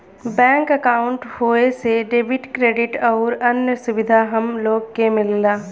bank अंकाउट होये से डेबिट, क्रेडिट आउर अन्य सुविधा हम लोग के मिलला